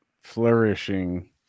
flourishing